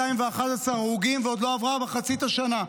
211 הרוגים, ועוד לא עברה מחצית השנה.